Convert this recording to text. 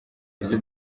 buryo